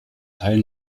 teil